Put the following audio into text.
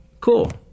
Cool